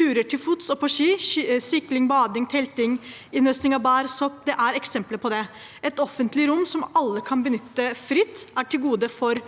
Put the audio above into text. Turer til fots og på ski, sykling, bading, telting og innhøsting av bær og sopp er eksempler på det. Et offentlig rom alle kan benytte fritt, er et gode for